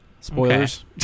Spoilers